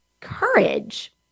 courage